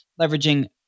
leveraging